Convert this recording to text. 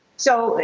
so,